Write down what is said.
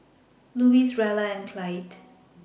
Louis Rella and Clyde